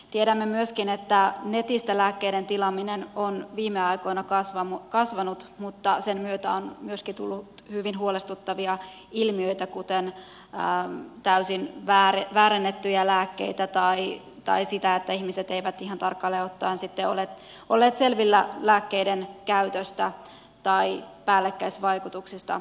tiedämme myöskin että netistä lääkkeiden tilaaminen on viime aikoina kasvanut mutta sen myötä on tullut myöskin hyvin huolestuttavia ilmiöitä kuten täysin väärennettyjä lääkkeitä tai sitä että ihmiset eivät ihan tarkalleen ottaen ole olleet sitten selvillä lääkkeiden käytöstä tai päällekkäisvaikutuksista